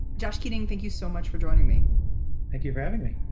josh keating, thank you so much for joining me. thank you for having me.